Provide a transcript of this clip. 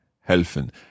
helfen